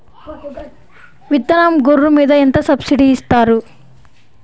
విత్తనం గొర్రు మీద ఎంత సబ్సిడీ ఇస్తారు?